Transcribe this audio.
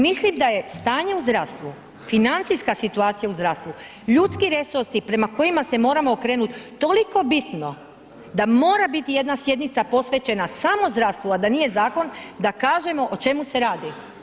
Mislim da je stanje u zdravstvu, financijska situacija u zdravstvu, ljudski resursi prema kojima se moramo okrenuti toliko bitno da mora biti jedna sjednica posvećena samo zdravstvu, a da nije zakon da kažemo o čemu se radi.